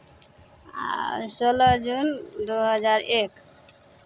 आ सोलह जून दू हजार एक